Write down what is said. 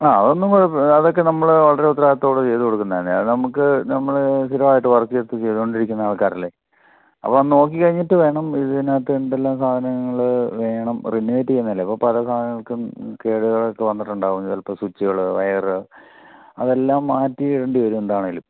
ആ അതൊന്നും കുഴപ്പം അതൊക്കെ നമ്മൾ വളരെ ഉത്തരവാദിത്തത്തോടെ ചെയ്തു കൊടുക്കുന്നത് അല്ലേ അത് നമുക്ക് നമ്മൾ സ്ഥിരമായിട്ട് വർക്ക് എടുത്ത് ചെയ്തുകൊണ്ടിരിക്കുന്ന ആൾക്കാരല്ലേ അപ്പോൾ അത് നോക്കി കഴിഞ്ഞിട്ട് വേണം ഇതിനകത്ത് എന്തെല്ലാം സാധനങ്ങൾ വേണം റിനോവേറ്റ് ചെയ്യുന്നതല്ലെ അപ്പോൾ പല സാധനങ്ങൾക്കും കേടുകളൊക്കെ വന്നിട്ടുണ്ടാവും ചിലപ്പോൾ സ്വിച്ചുകൾ വയർ അതെല്ലാം മാറ്റി ഇടേണ്ടി വരും എന്താണെങ്കിലും